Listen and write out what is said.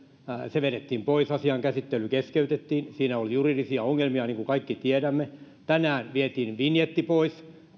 se vedettiin pois asian käsittely keskeytettiin siinä oli juridisia ongelmia niin kuin kaikki tiedämme tänään vietiin vinjetti pois